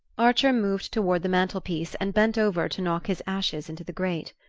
archer moved toward the mantelpiece and bent over to knock his ashes into the grate.